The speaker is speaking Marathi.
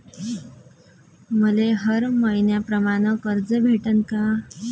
मले हर मईन्याप्रमाणं कर्ज भेटन का?